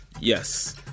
Yes